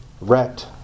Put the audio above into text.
wrecked